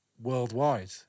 worldwide